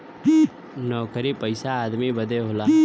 नउकरी पइसा आदमी बदे होला